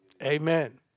Amen